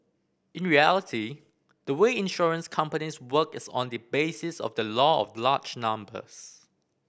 in reality the way insurance companies work is on the basis of the law of large numbers